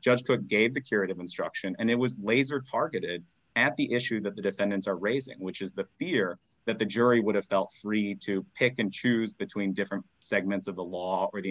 just good gave the curative instruction and it was laser targeted at the issue that the defendants are raising which is the fear that the jury would have felt free to pick and choose between different segments of the law or the